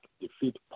defeat